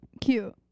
Cute